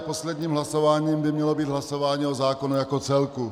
Posledním hlasováním by mělo být hlasování o zákonu jako celku.